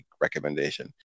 recommendation